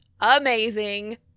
amazing